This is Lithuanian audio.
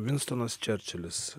vinstonas čerčilis